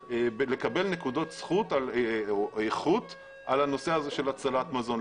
לקבל נקודות זכות או איכות על הנושא הזה של הצלת מזון.